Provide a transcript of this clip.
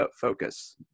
focus